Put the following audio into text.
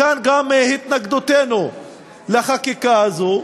מכאן גם התנגדותנו לחקיקה הזו.